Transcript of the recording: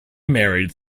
married